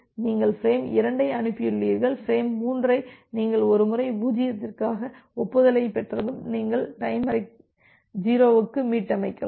எனவே நீங்கள் ஃபிரேம் 2 ஐ அனுப்பியுள்ளீர்கள் பிரேம் 3 ஐ நீங்கள் ஒருமுறை 0க்கான ஒப்புதலைப் பெற்றதும் நீங்கள் டைமரை 0க்கு மீட்டமைக்கலாம்